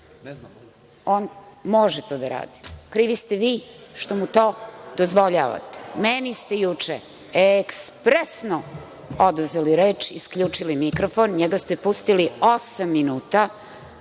On može to da radi. Krivi ste vi što mu to dozvoljavate. Meni ste juče ekspresno oduzeli reč, isključili mi mikrofon. NJega ste pustili osam minuta